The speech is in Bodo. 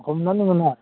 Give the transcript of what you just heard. हमनानै मोना